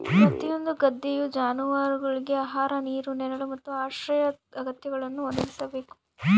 ಪ್ರತಿಯೊಂದು ಗದ್ದೆಯು ಜಾನುವಾರುಗುಳ್ಗೆ ಆಹಾರ ನೀರು ನೆರಳು ಮತ್ತು ಆಶ್ರಯ ಅಗತ್ಯಗಳನ್ನು ಒದಗಿಸಬೇಕು